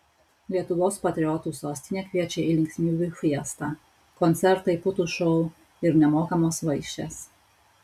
lietuvos patriotų sostinė kviečia į linksmybių fiestą koncertai putų šou ir nemokamos vaišės